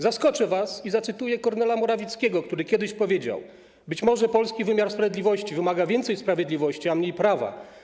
Zaskoczę was i zacytuję Kornela Morawieckiego, który kiedyś powiedział: „Być może polski wymiar sprawiedliwości wymaga więcej sprawiedliwości, a mniej prawa.